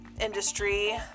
industry